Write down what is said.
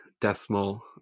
Decimal